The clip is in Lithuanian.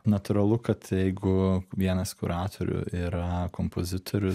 natūralu kad jeigu vienas kuratorių yra kompozitorius